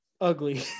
ugly